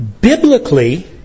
Biblically